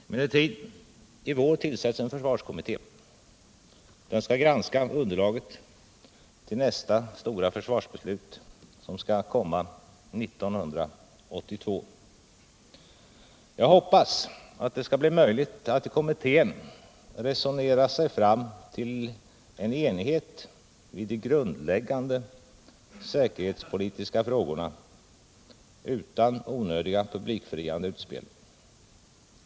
Emellertid — i vår tillsätts en försvarskommitté som skall granska underlaget till nästa stora försvarsbeslut som skall fattas 1982, Jag hoppas att det skall bli möjligt att i kommittén resonera sig fram till en enighet i de grundläggande säkerhetspolitiska frågorna utan onödiga publikfriande utspel.